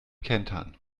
kentern